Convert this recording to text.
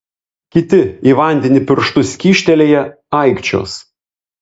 kiti į vandenį pirštus kyštelėję aikčios